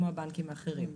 כמו הבנקים האחרים.